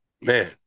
Man